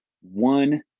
one